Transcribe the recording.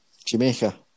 Jamaica